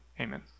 Amen